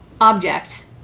object